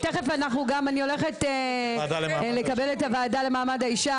תכף אני הולכת לקבל את הוועדה למעמד האישה